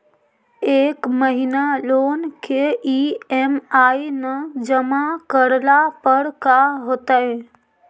एक महिना लोन के ई.एम.आई न जमा करला पर का होतइ?